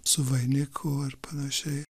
su vainiku ar panašiai